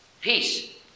Peace